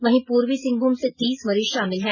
वहीं पूर्वी सिंहभूम से तीस मरीज शामिल हैं